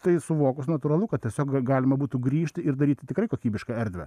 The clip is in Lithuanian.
tai suvokus natūralu kad tiesiog galima būtų grįžti ir daryti tikrai kokybišką erdvę